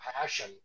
passion